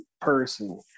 person